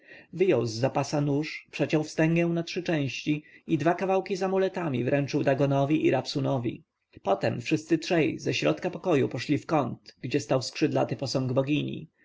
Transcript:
wyjął z za pasa nóż przeciął wstęgę na trzy części i dwa kawałki z amuletami wręczył dagonowi i rabsunowi potem wszyscy trzej ze środka pokoju poszli w kąt gdzie stał skrzydlaty posąg bogini